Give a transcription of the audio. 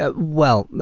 ah well,